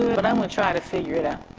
but i'm gonna try to figure it out.